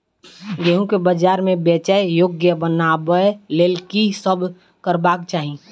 गेंहूँ केँ बजार मे बेचै योग्य बनाबय लेल की सब करबाक चाहि?